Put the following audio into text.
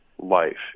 Life